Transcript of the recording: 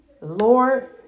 Lord